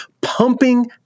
pumping